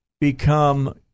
become